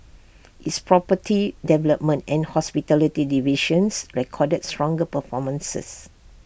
its property development and hospitality divisions recorded stronger performances